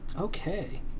okay